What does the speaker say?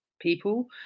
people